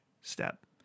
step